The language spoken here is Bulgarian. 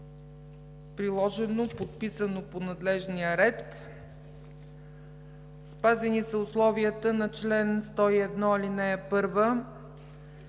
приложено, подписано по надлежния ред. Спазени са условията на чл. 101, ал. 1.